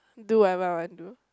do whatever I want to do